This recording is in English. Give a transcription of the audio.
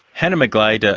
hannah mcglade, ah